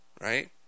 right